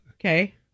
Okay